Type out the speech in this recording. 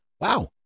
Wow